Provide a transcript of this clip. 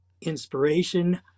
inspiration